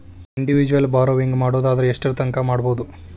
Individual borrowing ಮಾಡೊದಾರ ಯೆಷ್ಟರ್ತಂಕಾ ಮಾಡ್ಬೋದು?